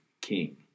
king